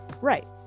Right